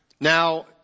Now